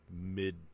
mid